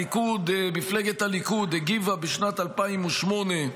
מפלגת הליכוד הגיבה בשנת 2008: